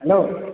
hello